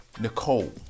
Nicole